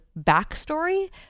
backstory